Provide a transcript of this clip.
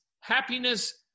happiness